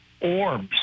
orbs